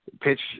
pitch